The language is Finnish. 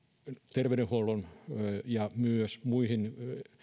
terveydenhuollon ja myös muiden